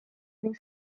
ning